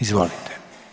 Izvolite.